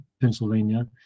pennsylvania